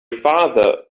father